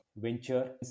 venture